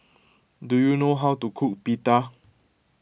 do you know how to cook Pita